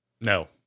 No